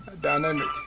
dynamic